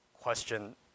question